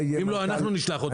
אם לא, אנחנו נשלח אותו.